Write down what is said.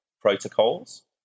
protocols